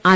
R